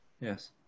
Yes